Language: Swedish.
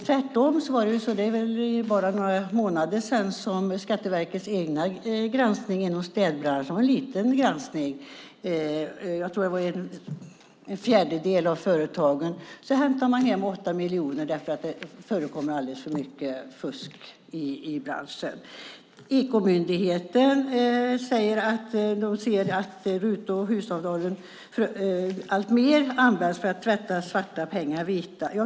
Tvärtom var det så att Skatteverket för bara några månader sedan gjorde en egen granskning av städbranschen. Det var en liten granskning. Jag tror att det var en fjärdedel av företagen. Ändå hämtade man hem 8 miljoner därför att det förekommer alldeles för mycket fusk i branschen. Ekomyndigheten säger att de ser att HUS-avdragen alltmer används för att tvätta svarta pengar vita.